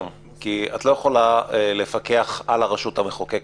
כי את לא יכולה לפקח על הרשות המחוקקת.